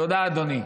תודה, אדוני.